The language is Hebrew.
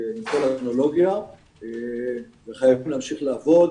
כל הטכנולוגיה והם חייבים להמשיך לעבוד